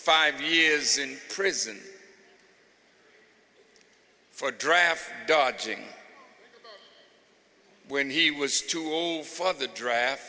five years in prison for draft dodging when he was too old for the draft